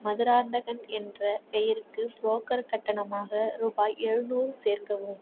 மதுராந்தகன் என்ற பெயருக்கு புரோக்கர் கட்டணமாக ரூபாய் எழுநூறு சேர்க்கவும்